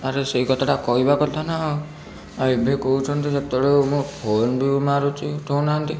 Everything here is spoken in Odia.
ଆରେ ସେଇ କଥାଟା କହିବା କଥାନା ଆଉ ଏବେ କହୁଛନ୍ତି ସେତେବେଳୁ ମୁଁ ଫୋନ ବି ମାରୁଛି ଉଠାଉ ନାହାଁନ୍ତି